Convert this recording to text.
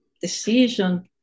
decision